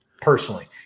personally